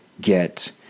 get